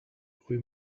rue